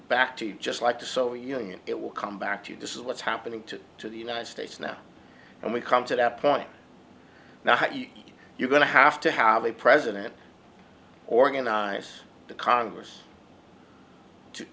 back to you just like the soviet union it will come back to you this is what's happening to to the united states now and we come to that point now you're going to have to have a president organize the congress to